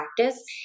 practice